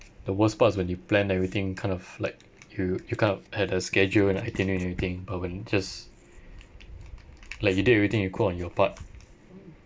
the worst part is when you plan everything kind of like you you kind of had a schedule and itinerary and everything but when just like you did everything you could on your part